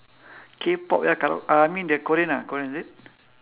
K-pop ya kara~ I mean the korean ah korean is it